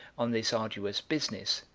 on this arduous business,